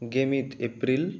ᱜᱮ ᱢᱤᱫ ᱮᱯᱨᱤᱞ